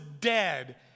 dead